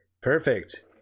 Perfect